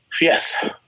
Yes